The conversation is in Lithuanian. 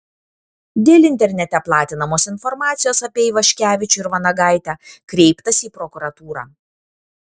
dėl internete platinamos informacijos apie ivaškevičių ir vanagaitę kreiptasi į prokuratūrą